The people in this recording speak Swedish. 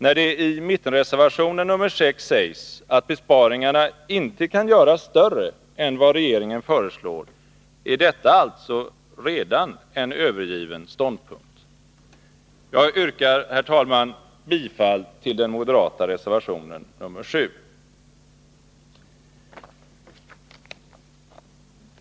När det i mittenreservationen nr 6 sägs att besparingarna inte kan göras större än vad regeringen föreslår, är detta alltså redan en övergiven ståndpunkt. Jag yrkar, herr talman, bifall till den moderata reservationen nr 7.